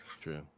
True